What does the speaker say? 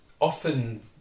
often